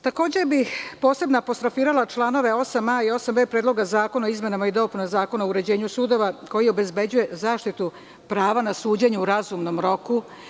Takođe bih posebno apostrofirala članove 8a i 8b Predloga zakona o izmenama i dopunama Zakona o uređenju sudova, koji obezbeđuju zaštitu prava na suđenje u razumnom roku.